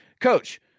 coach